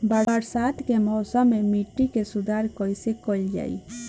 बरसात के मौसम में मिट्टी के सुधार कइसे कइल जाई?